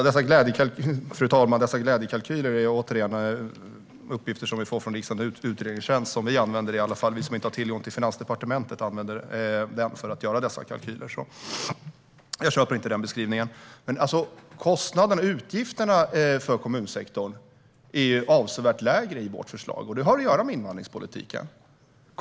Fru talman! Dessa "glädjekalkyler" är uppgifter som vi har fått från riksdagens utredningstjänst. Vi som inte har tillgång till Finansdepartementet använder denna tjänst för att göra sådana kalkyler. Jag köper inte beskrivningen. Kostnaderna och utgifterna för kommunsektorn är avsevärt lägre i vårt förslag, och det har att göra med invandringspolitiken.